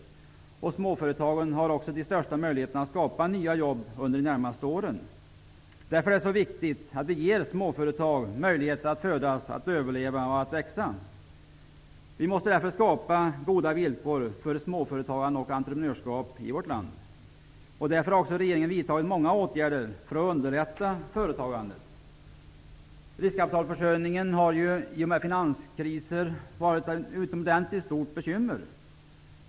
Småföretagen har de största möjligheterna att skapa nya jobb under de närmaste åren. Därför är det viktigt att vi ger småföretag möjlighet att födas, överleva och växa. Vi måste därför skapa goda villkor för småföretagande och entreprenörskap i vårt land. Därför har regeringen vidtagit många åtgärder för att underlätta företagandet. Riskkapitalförsörjningen har i och med finanskrisen varit ett utomordentligt stort bekymmer.